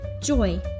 joy